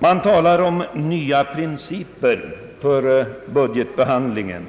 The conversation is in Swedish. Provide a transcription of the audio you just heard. Man talar om nya principer för budgetbehandlingen